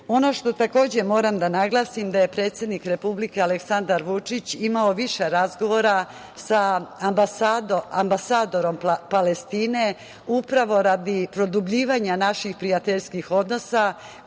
što takođe moram da naglasim je da je predsednik Republike Aleksandar Vučić imao više razgovora sa ambasadorom Palestine upravo radi produbljivanja naših prijateljskih odnosa,